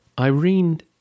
Irene